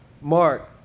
Mark